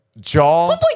jaw